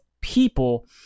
people